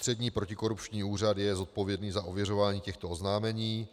Ústřední protikorupční úřad je zodpovědný za ověřování těchto oznámení.